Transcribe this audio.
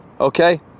okay